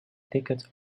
ticket